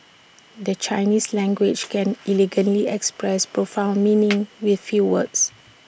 the Chinese language can elegantly express profound meanings with few words